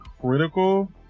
critical